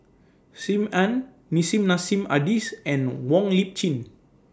SIM Ann Nissim Nassim Adis and Wong Lip Chin